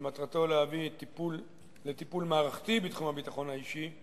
שמטרתו להביא לטיפול מערכתי בתחום הביטחון האישי,